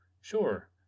Sure